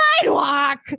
sidewalk